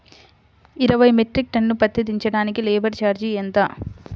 ఇరవై metric ton పత్తి దించటానికి లేబర్ ఛార్జీ ఎంత?